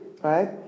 Right